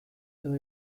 edo